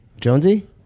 jonesy